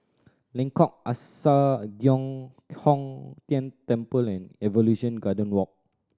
Lengkok Angsa Giok Hong Tian Temple and Evolution Garden Walk